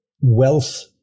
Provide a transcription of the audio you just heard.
wealth